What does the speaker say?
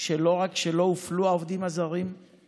שלא רק שהעובדים הזרים לא הופלו,